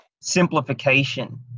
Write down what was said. simplification